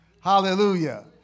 Hallelujah